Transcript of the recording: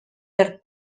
per